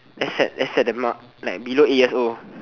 accept accept that mark like below eight years old